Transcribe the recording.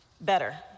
better